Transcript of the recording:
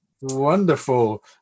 Wonderful